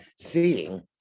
seeing